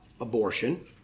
abortion